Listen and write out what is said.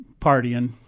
partying